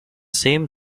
same